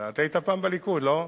אתה היית פעם בליכוד, לא?